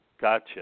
Gotcha